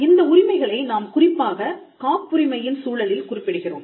இந்த உரிமைகளை நாம் குறிப்பாக காப்புரிமையின் சூழலில் குறிப்பிடுகிறோம்